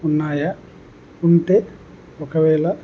ఉన్నాయా ఉంటే ఒకవేళ